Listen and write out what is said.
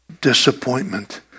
disappointment